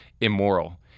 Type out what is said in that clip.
immoral